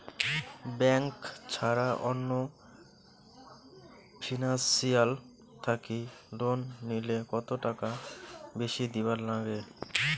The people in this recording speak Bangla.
ব্যাংক ছাড়া অন্য ফিনান্সিয়াল থাকি লোন নিলে কতটাকা বেশি দিবার নাগে?